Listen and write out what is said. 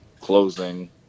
closing